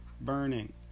burning